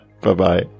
Bye-bye